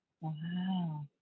Wow